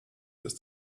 ist